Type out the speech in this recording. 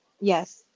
Yes